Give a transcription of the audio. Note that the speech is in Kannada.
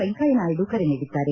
ವೆಂಕಯ್ಯನಾಯ್ಡ ಕರೆ ನೀಡಿದ್ದಾರೆ